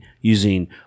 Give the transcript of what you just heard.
using